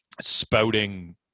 spouting